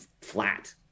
flat